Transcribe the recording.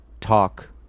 talk